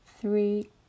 three